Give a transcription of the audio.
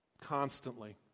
Constantly